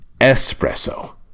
Espresso